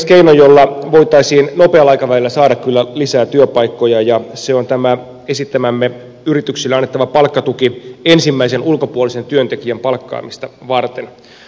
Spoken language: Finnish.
haluan nostaa vielä keinon jolla voitaisiin nopealla aikavälillä saada kyllä lisää työpaikkoja ja se on tämä esittämämme yrityksille annettava palkkatuki ensimmäisen ulkopuolisen työntekijän palkkaamista varten